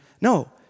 No